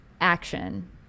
action